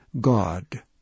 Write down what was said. God